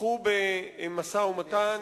ופתחו במשא-ומתן.